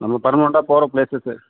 நம்ம பெர்மனெண்ட்டாக போகிற பிளேஸஸு